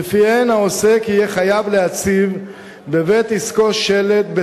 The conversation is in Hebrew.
שלפיהן העוסק יהיה חייב להציב בבית-עסקו שלט,